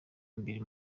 imbere